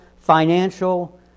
financial